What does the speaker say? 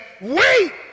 wait